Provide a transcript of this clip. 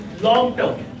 long-term